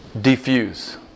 diffuse